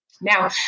Now